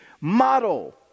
model